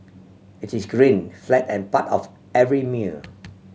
it is green flat and part of every meal